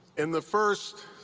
in the first